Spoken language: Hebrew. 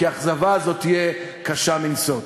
כי האכזבה הזו תהיה קשה מנשוא.